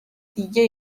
دیگه